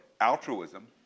altruism